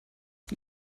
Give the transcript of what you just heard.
sie